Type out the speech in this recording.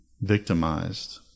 victimized